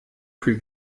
viel